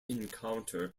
encounter